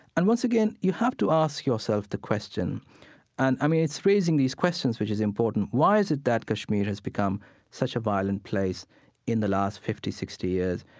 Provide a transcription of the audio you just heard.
and once again, you have to ask yourself the question and, i mean, it's raising these questions, which is important why is it that kashmir has become such a violent place in the last fifty, sixty years?